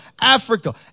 Africa